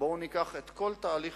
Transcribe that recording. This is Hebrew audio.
בואו ניקח את כל תהליך